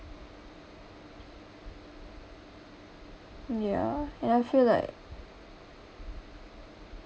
ya and I feel like